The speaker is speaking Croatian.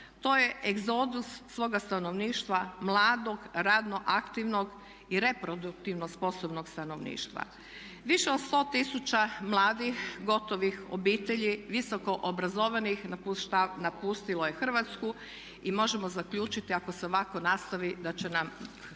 To je egzodus svoga stanovništva mladog, radno aktivnog i reproduktivno sposobnog stanovništva. Više od 100 tisuća mladih gotovih obitelji visoko obrazovanih napustilo je Hrvatsku i možemo zaključiti ako se ovako nastavi da će nam